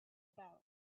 about